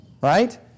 right